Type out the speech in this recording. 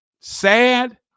sad